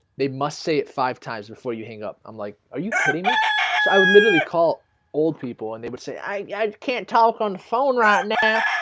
they must say it five times before you hang up i'm like are you kidding me, so i would literally call old people and they would say i yeah can't talk on the phone right now,